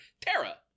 Tara